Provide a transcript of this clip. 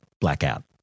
blackout